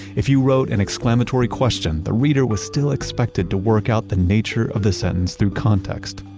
if you wrote an exclamatory question, the reader was still expected to work out the nature of the sentence through context,